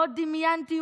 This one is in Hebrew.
לא דמיינתי,